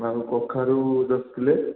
ଆଉ କଖାରୁ ଦଶ କିଲୋ